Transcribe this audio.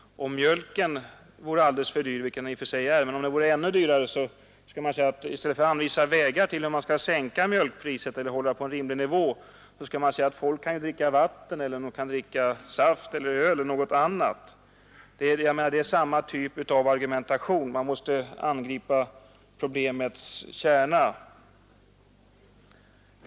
Om mjölken vore alldeles för dyr — vilket den i och för sig är — skulle man då, i stället för att anvisa vägar att sänka mjölkpriset eller hålla det på en rimlig nivå, säga att folk kunde dricka vatten, saft eller öl. Det är samma typ av argumentation. Emellertid måste man angripa problemets kärna.